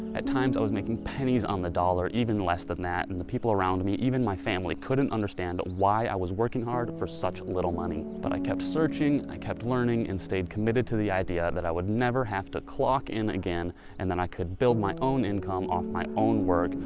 at times i was making pennies on the dollar, even less than that. and the people around me, even my family couldn't understand why i was working hard for such little money. but i kept searching. i kept learning and stayed committed to the idea that i would never have to clock in again and then i could build my own income off my own work,